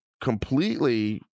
completely